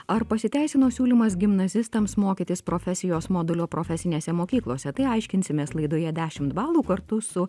ar pasiteisino siūlymas gimnazistams mokytis profesijos modulio profesinėse mokyklose tai aiškinsimės laidoje dešimt balų kartu su